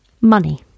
Money